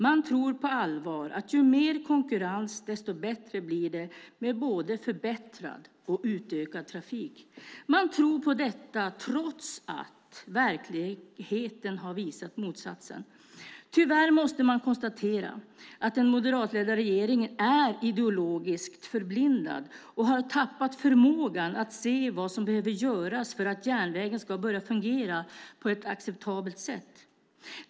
Man tror på allvar att ju mer konkurrens, desto bättre blir det med både förbättrad och utökad trafik. Man tror på detta, trots att verkligheten har visat på motsatsen. Tyvärr måste jag konstatera att den moderatledda regeringen är ideologiskt förblindad och har tappat förmågan att se vad som behöver göras för att järnvägen ska börja fungera på ett acceptabelt sätt.